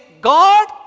God